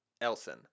Elson